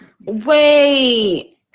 Wait